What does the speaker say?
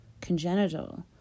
congenital